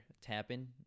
tapping